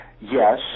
Yes